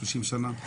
30 שנה.